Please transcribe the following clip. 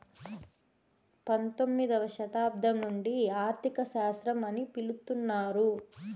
పంతొమ్మిదవ శతాబ్దం నుండి ఆర్థిక శాస్త్రం అని పిలుత్తున్నారు